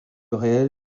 réel